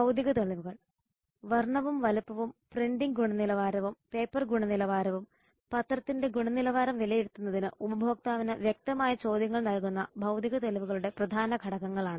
ഭൌതിക തെളിവുകൾ വർണ്ണവും വലുപ്പവും പ്രിന്റിംഗ് ഗുണനിലവാരവും പേപ്പർ ഗുണനിലവാരവും പത്രത്തിന്റെ ഗുണനിലവാരം വിലയിരുത്തുന്നതിന് ഉപഭോക്താവിന് വ്യക്തമായ ചോദ്യങ്ങൾ നൽകുന്ന ഭൌതിക തെളിവുകളുടെ പ്രധാന ഘടകങ്ങളാണ്